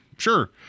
Sure